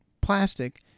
plastic